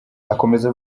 akomeza